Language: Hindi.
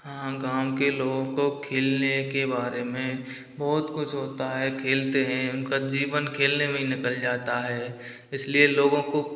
हाँ गाँव के लोगो को खेलने के बारे में बहुत कुछ होता है खेलते है उनका जीवन खेलने में ही निकल जाता है इसलिए लोगों को